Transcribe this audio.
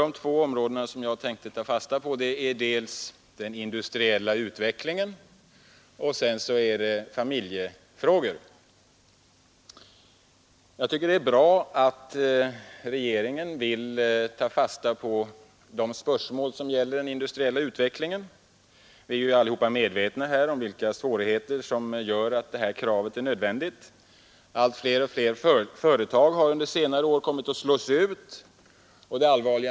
De två områdena är dels den industriella utvecklingen, dels familjefrågorna. Jag tycker det är bra att regeringen vill ta fasta på de spörsmål som gäller den industriella utvecklingen. Alla är ju medvetna om vilka svårigheter som gör att detta krav är nödvändigt. Allt flera företag har under senare år kommit att slås ut.